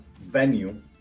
venue